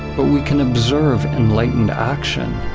but we can observe enlightened action.